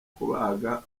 kubaga